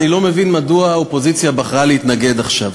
אני לא מבין מדוע האופוזיציה בחרה להתנגד עכשיו.